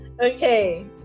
Okay